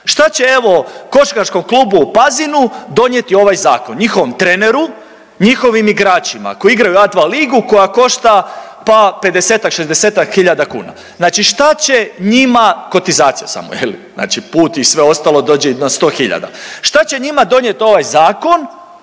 Šta će evo košarkaškom klubu u Pazinu donijeti ovaj zakon, njihovom treneru, njihovim igračima koji igraju A2 ligu koja košta pa 50-ak, 60-ak hiljada kuna? Znači šta će njima, kotizacija samo je li, znači put i sve ostalo dođe i na 100 hiljada. Šta će njima donijeti ovaj zakon